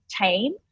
team